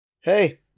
Hey